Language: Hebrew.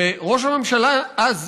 ראש הממשלה אז,